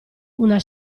una